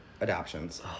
adoptions